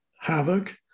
havoc